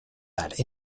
that